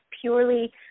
purely